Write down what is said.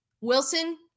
Wilson –